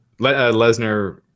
Lesnar